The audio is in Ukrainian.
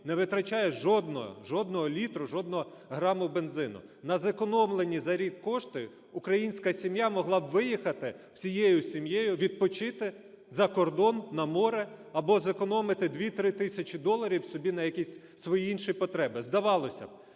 не витрачає жодного, жодного літру, жодного граму бензину. На зекономлені за рік кошти українська сім'я могла б виїхати всією сім'єю відпочити за кордон, на море, або зекономити 2-3 тисячі доларів собі на якісь свої інші потреби. Здавалося б,